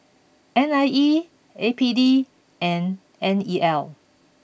N I E A P D and N E L